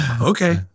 Okay